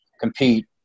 compete